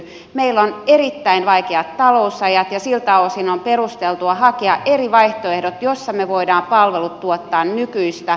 meillä on erittäin vaikeat talousajat ja siltä osin on perusteltua hakea eri vaihtoehdot joissa me voimme palvelut tuottaa nykyistä tehokkaammin ja paremmin